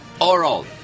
Oral